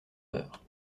heures